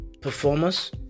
performers